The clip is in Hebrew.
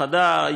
חדה מאוד מאוד.